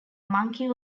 monkey